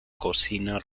cocina